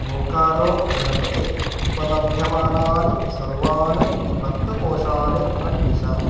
बोकारोजनपदे उपलभ्यमानान् सर्वान् रक्तकोषान् अन्विष